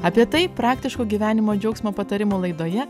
apie tai praktiško gyvenimo džiaugsmo patarimų laidoje